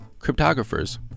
cryptographers